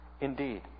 indeed